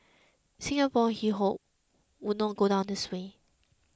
Singapore he hoped would not go down this way